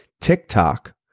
TikTok